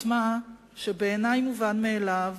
את מה שבעיני מובן מאליו